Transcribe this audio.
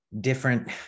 different